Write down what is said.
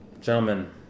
gentlemen